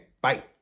bye